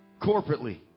corporately